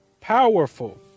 Powerful